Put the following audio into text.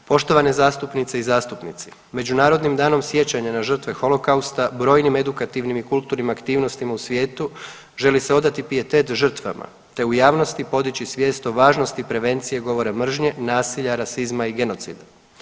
Poštovane zastupnice i zastupnici, Međunarodnim danom sjećanja na žrtve holokausta brojnim edukativnim i kulturnim aktivnostima u svijetu želi se odati pijetet žrtvama te u javnosti podići svijest o važnosti prevencije govora mržnje, nasilja, rasizma i genocida.